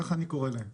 ככה אני קורא להם.